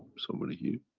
somewhere here.